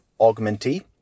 augmentee